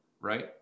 right